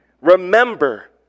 Remember